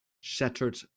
shattered